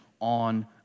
on